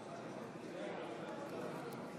היושב-ראש,